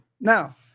Now